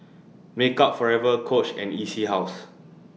Makeup Forever Coach and E C House